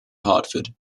hartford